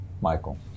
Michael